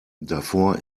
davor